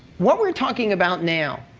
what we're talking about now,